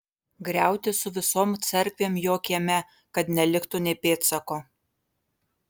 griauti su visom cerkvėm jo kieme kad neliktų nė pėdsako